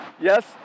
Yes